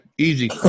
Easy